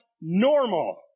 normal